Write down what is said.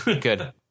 good